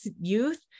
youth